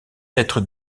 être